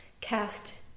cast